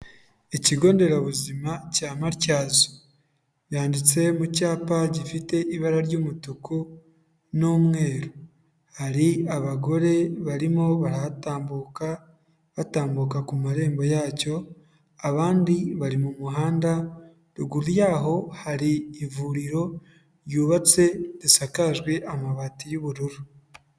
Ikigo nderabuzima cya Matyazo, byanditse mu cyapa gifite ibara ry'umutuku n'umweru, hari abagore barimo barahatambuka, batambuka ku marembo yacyo, abandi bari mu muhanda, ruguru yaho hari ivuriro ryubatse risakajwe amabati y'ubururu.